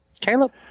Caleb